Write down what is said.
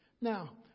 Now